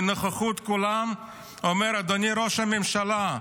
בנוכחות כולם אומר: אדוני ראש הממשלה,